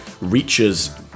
reaches